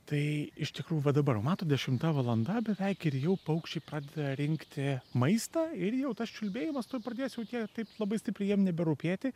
tai iš tikrųjų va dabar matot dešimta valanda beveik ir jau paukščiai pradeda rinkti maistą ir jau tas čiulbėjimas tuoj pradės jau tie taip labai stipriai jiem neberūpėti